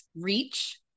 reach